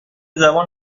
زمان